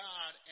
God